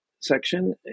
section